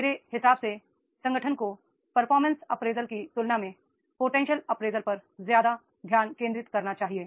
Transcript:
मेरे हिसाब से संगठन को परफॉर्मेंस अप्रेजल की तुलना में पोटेंशियल अप्रेजल पर ज्यादा ध्यान केंद्रित करना चाहिए